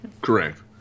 correct